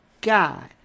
God